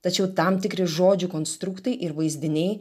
tačiau tam tikri žodžių konstruktai ir vaizdiniai